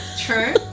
True